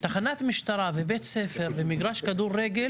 תחנת משטרה ובית ספר ומגרש כדורגל,